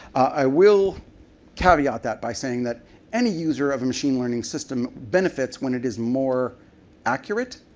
i will caveat that by saying that any user of a machine learning system benefits when it is more accurate,